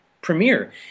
premiere